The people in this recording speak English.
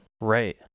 Right